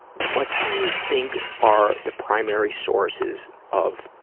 what do you think are the primary sources of